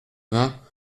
vingts